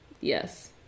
Yes